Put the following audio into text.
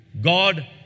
God